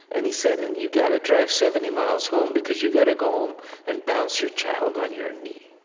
and he said, and you gotta drive seventy miles home, because you gotta go home and bounce your child on your knee.